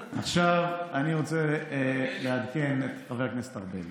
עכשיו אני רוצה לעדכן את חבר הכנסת ארבל.